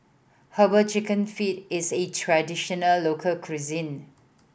Herbal Chicken Feet is A traditional local cuisine